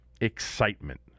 excitement